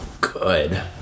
good